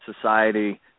society